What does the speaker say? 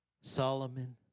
Solomon